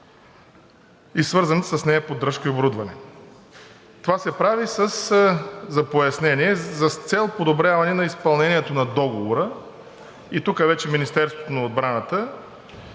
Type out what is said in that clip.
и свързаната с нея поддръжка и оборудване. Това се прави, за пояснение, с цел подобряване на изпълнението на договора. И тук вече Министерството на отбраната